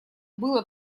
было